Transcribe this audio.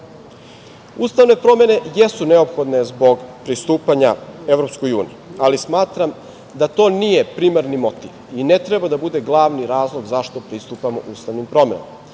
odluka. Ustavne promene jesu neophodne zbog pristupanja EU, ali smatram da to nije primarni motiv i ne treba da bude glavni razlog zašto pristupamo ustavnim promenama.